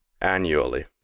annually